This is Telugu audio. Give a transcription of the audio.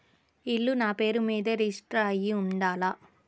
ఇల్లు నాపేరు మీదే రిజిస్టర్ అయ్యి ఉండాల?